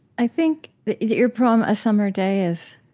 i think that your poem a summer day is,